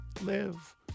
live